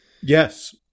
Yes